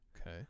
Okay